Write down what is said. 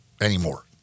anymore